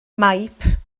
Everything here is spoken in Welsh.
maip